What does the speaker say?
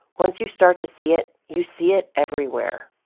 once you start to see it, you see it everywhere.